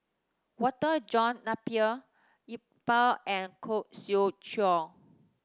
Walter John Napier Iqbal and Khoo Swee Chiow